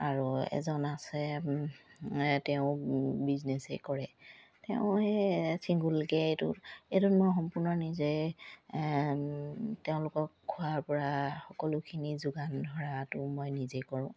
আৰু এজন আছে তেওঁ বিজনেছে কৰে তেওঁ সেই ছিংগুলকে এইটো এইটোত মই সম্পূৰ্ণ নিজে তেওঁলোকক খোৱাৰ পৰা সকলোখিনি যোগান ধৰাটো মই নিজেই কৰোঁ